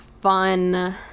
fun